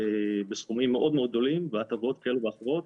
בסכומים מאוד מאוד גדולים והטבות כאלו ואחרות,